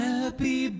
Happy